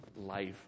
life